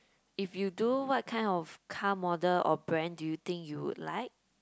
if you do what kind of car model or brand do you think you would like